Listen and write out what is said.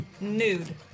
Nude